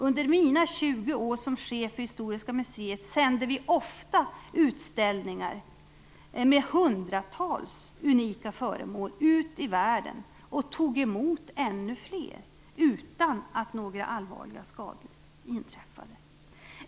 Under mina 20 år som chef för Historiska museet sände vi ofta utställningar med hundratals unika föremål ut i världen och tog emot ännu fler utan att några allvarliga skador inträffade.